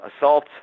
assault